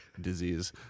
Disease